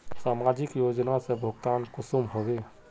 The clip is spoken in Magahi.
समाजिक योजना से भुगतान कुंसम होबे?